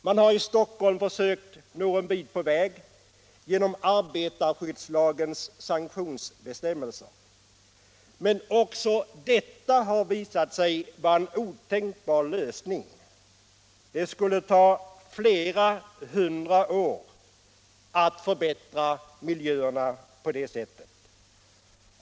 Man har i Stockholm försökt nå en bit på väg genom arbetarskyddslagens sanktionsbestämmelser. Men också detta visar sig vara en otänkbar lösning. Det skulle ta flera hundra år att förbättra miljöerna på det sättet.